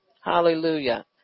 Hallelujah